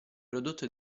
prodotto